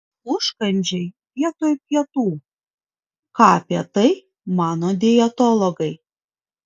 užkandžiai vietoj pietų ką apie tai mano dietologai